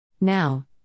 Now